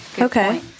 Okay